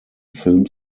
film